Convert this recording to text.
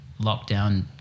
lockdown